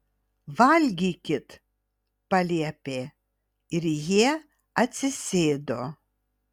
valgykit paliepė ir jie atsisėdo